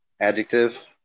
Adjective